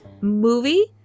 movie